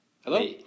Hello